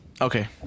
Okay